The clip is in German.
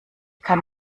kann